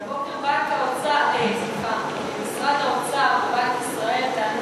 כי הבוקר משרד האוצר ובנק ישראל טענו